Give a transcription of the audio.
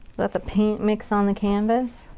let the paint mix on the canvas.